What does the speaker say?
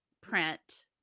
print